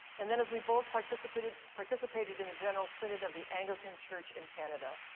and then as we both participated participated in the general synod of the anglican church in canada.